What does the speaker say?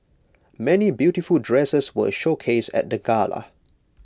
many beautiful dresses were showcased at the gala